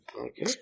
Okay